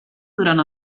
durant